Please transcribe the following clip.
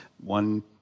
One